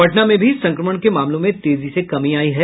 पटना में भी संक्रमण के मामलों में तेजी से कमी आयी है